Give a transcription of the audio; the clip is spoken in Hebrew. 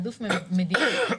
בסוף יש כאן מאגר של תעדוף המדינה.